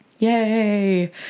Yay